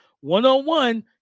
One-on-one